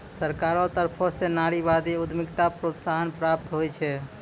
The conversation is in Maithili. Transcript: सरकारो तरफो स नारीवादी उद्यमिताक प्रोत्साहन प्राप्त होय छै